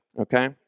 okay